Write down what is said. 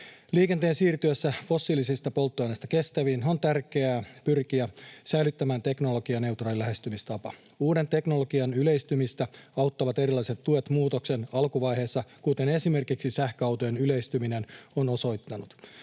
Liikenteen siirtyessä fossiilisista polttoaineista kestäviin on tärkeää pyrkiä säilyttämään teknologianeutraali lähestymistapa. Uuden teknologian yleistymistä auttavat erilaiset tuet muutoksen alkuvaiheessa, kuten esimerkiksi sähköautojen yleistyminen on osoittanut.